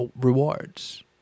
rewards